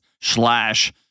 slash